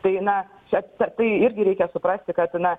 tai na čia čia tai irgi reikia suprasti kad na